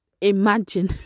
Imagine